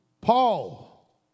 Paul